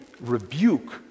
rebuke